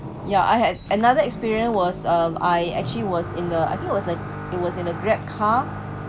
yeah I had another experience was um I actually was in the I think it was like it was in the Grab car